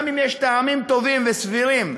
גם אם יש טעמים טובים וסבירים,